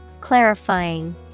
Clarifying